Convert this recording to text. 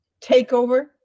takeover